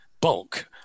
bulk